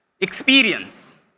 experience